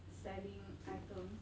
selling items